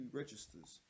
registers